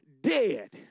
dead